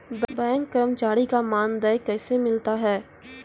Bank कर्मचारी का मानदेय कैसे मिलता हैं?